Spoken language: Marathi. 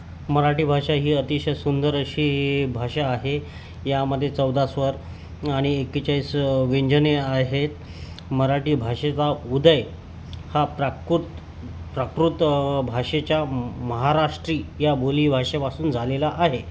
मराठी भाषा ही अतिशय सुंदर अशी भाषा आहे यामध्ये चौदा स्वर आणि एकेचाळीस व्यंजने आहे मराठी भाषेचा उदय हा प्राकुत् प्राकृत भाषेच्या महाराष्ट्री या बोलीभाषेपासून झालेला आहे